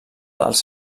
dels